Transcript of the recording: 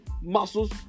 muscles